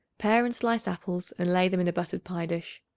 pare and slice apples and lay them in a buttered pie-dish.